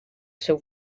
seu